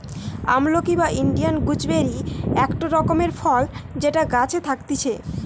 আমলকি বা Indian gooseberry একটো রকমকার ফল যেটা গাছে থাকতিছে